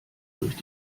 durch